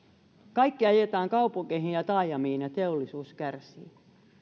kaikki ajetaan kaupunkeihin ja ja taajamiin ja teollisuus kärsii